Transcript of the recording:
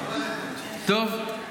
יש הצעה,